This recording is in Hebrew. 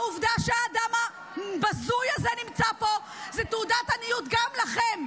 העובדה שהאדם הבזוי הזה נמצא פה זה תעודת עניות גם לכם,